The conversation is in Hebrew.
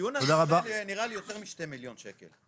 הדיון הזה עולה יותר מ-2 מיליון שקל.